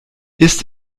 ist